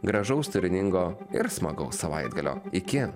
gražaus turiningo ir smagaus savaitgalio iki